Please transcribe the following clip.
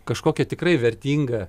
kažkokia tikrai vertinga